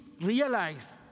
realize